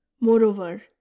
moreover